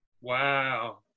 Wow